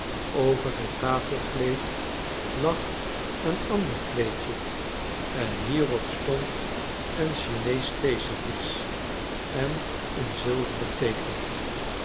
over het tafelkleed lag een ander kleedje en hierop stond een chineesch theeservies en een zilveren theepot